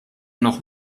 noch